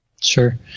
Sure